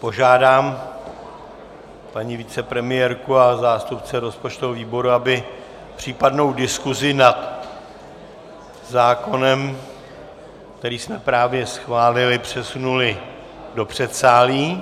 Požádám paní vicepremiérku a zástupce rozpočtového výboru, aby případnou diskusi nad zákonem, který jsme právě schválili, přesunuli do předsálí.